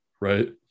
right